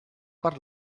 per